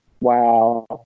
wow